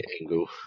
angle